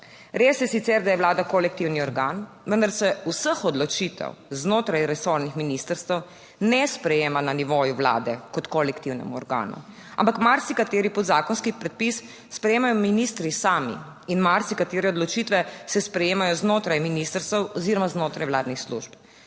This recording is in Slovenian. Res je sicer, da je vlada kolektivni organ, vendar se vseh odločitev znotraj resornih ministrstev ne sprejema na nivoju Vlade kot kolektivnem organu, ampak marsikateri podzakonski predpis sprejemajo ministri sami in marsikatere odločitve se sprejemajo znotraj ministrstev oziroma znotraj vladnih služb,